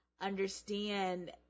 understand